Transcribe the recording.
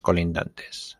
colindantes